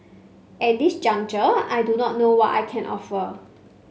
at this juncture I do not know what I can offer